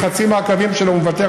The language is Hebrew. על חצי מהקווים שלו הוא מוותר,